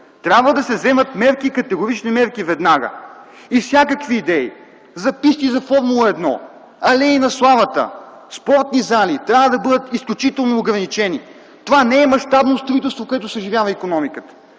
Трябва да се вземат категорични мерки веднага! Всякакви идеи за писти за Формула 1, алеи на славата, спортни зали трябва да бъдат изключително ограничени. Това не е мащабно строителство, което съживява икономиката.